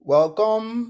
Welcome